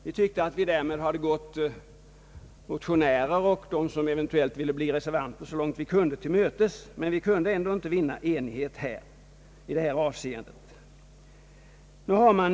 Vi tycker att vi därmed hade gått motionärer och dem som eventuellt ville bli reservanter tillmötes så långt vi kunnat, men vi kunde ändå inte vinna enighet i detta avseende.